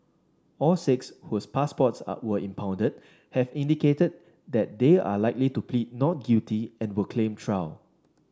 all six whose passports are were impounded have indicated that they are likely to plead not guilty and will claim trial